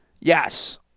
Yes